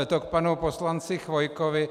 To k panu poslanci Chvojkovi.